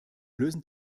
lösen